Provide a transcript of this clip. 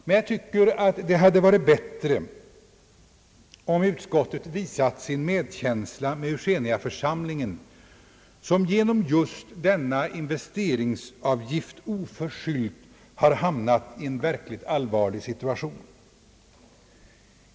Men jag tycker det hade varit bättre om utskottet visat sin medkänsla med Eugeniaförsamlingen, som genom just denna investeringsavgift oförskyllt har hamnat i en verkligt allvarlig situation.